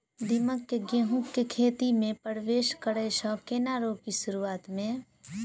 दीमक केँ गेंहूँ केँ खेती मे परवेश करै सँ केना रोकि शुरुआत में?